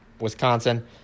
Wisconsin